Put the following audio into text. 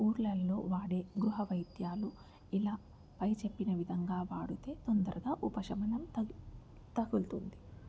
ఊరిలల్లో వాడే గృహవైద్యాలు ఇలా పైన చెప్పిన విధంగా వాడితే తొందరగా ఉపశమనం తగ తగులుతుంది